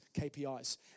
KPIs